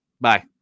Bye